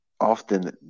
often